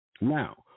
now